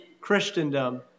Christendom